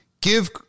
Give